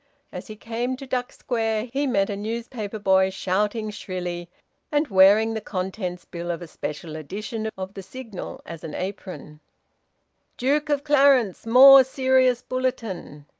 as he came to duck square, he met a newspaper boy shouting shrilly and wearing the contents bill of a special edition of the signal as an apron duke of clarence. more serious bulletin.